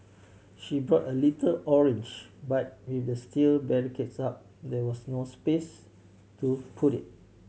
she brought a little orange but with the steel barricades up there was no space to put it